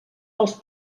als